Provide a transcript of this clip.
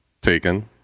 taken